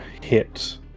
hit